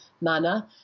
manner